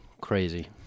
crazy